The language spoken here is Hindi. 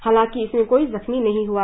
हालांकि इसमें कोई जख्मी नहीं हआ